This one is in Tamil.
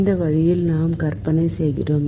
இந்த வழியில் நாம் கற்பனை செய்கிறோம்